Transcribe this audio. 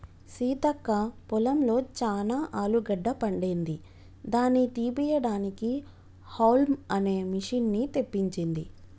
సీతక్క పొలంలో చానా ఆలుగడ్డ పండింది దాని తీపియడానికి హౌల్మ్ అనే మిషిన్ని తెప్పించింది